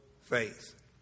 faith